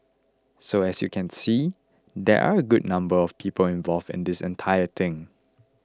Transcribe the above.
so as you can see there are a good number of people involved in this entire thing